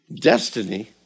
destiny